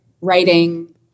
writing